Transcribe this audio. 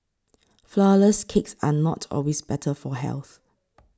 Flourless Cakes are not always better for health